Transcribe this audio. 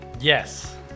Yes